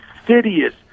insidious